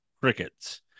Crickets